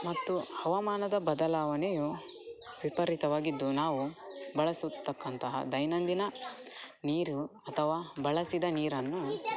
ಮತ್ತು ಹವಮಾನದ ಬದಲಾವಣೆಯು ವಿಪರೀತವಾಗಿದ್ದು ನಾವು ಬಳಸತಕ್ಕಂತಹ ದೈನಂದಿನ ನೀರು ಅಥವಾ ಬಳಸಿದ ನೀರನ್ನು